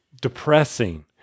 depressing